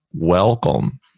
welcome